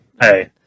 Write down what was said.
Hey